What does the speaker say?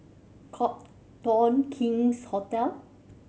Copthorne King's Hotel